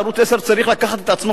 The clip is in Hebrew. ערוץ-10 צריך לקחת את עצמו,